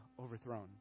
overthrown